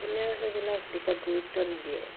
কোনেও সেইবিলাক দিশত গুৰুত্ব নিদিয়ে